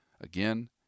again